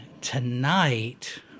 tonight